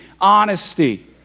honesty